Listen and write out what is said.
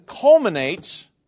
culminates